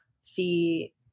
see